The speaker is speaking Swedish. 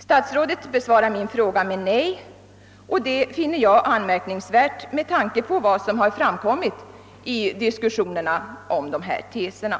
Statsrådet besvarar min fråga med nej, vilket jag finner anmärkningsvärt med tanke på vad som har framkommit vid diskussionerna av dessa teser.